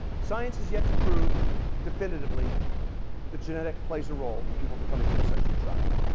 science has yet to prove definitively that genetics plays a role in people becoming homosexually attracted.